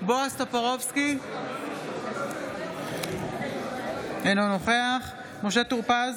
בועז טופורובסקי, אינו נוכח משה טור פז,